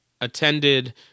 attended